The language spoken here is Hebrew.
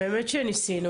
באמת שניסינו,